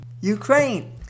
Ukraine